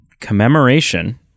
commemoration